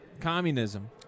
communism